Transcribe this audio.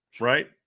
Right